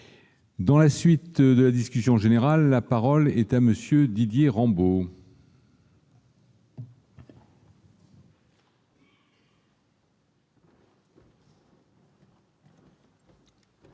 Dans la suite de la discussion générale, la parole est à M. Didier Rambaud.